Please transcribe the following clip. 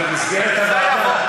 במסגרת הוועדה.